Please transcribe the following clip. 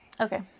Okay